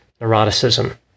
neuroticism